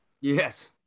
Yes